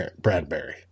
Bradbury